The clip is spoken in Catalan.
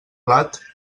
plat